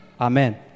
Amen